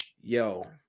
Yo